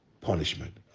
punishment